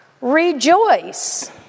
Rejoice